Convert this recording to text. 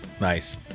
Nice